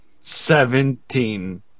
Seventeen